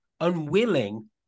unwilling